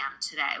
today